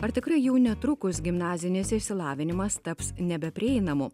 ar tikrai jau netrukus gimnazinėse išsilavinimas taps nebeprieinamu